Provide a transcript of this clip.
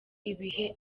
ibihe